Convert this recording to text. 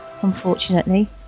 unfortunately